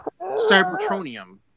Cybertronium